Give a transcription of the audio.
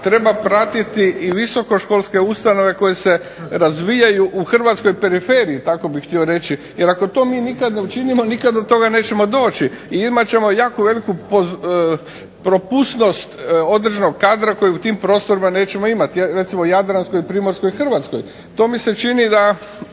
treba pratiti i visokoškolske ustanove koje se razvijaju u hrvatskoj periferiji, tako bih htio reći, jer ako to mi nikad ne učinimo, nikad do toga nećemo doći i imat ćemo jako veliku propusnost određenog kadra kojeg u tim prostorima nećemo imati, recimo jadranskoj i primorskoj Hrvatskoj. To mi se čini da